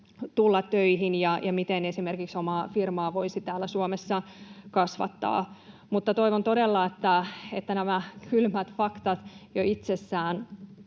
tulla töihin ja miten esimerkiksi omaa firmaa voisi täällä Suomessa kasvattaa. Toivon todella, että nämä kylmät faktat jo itsessään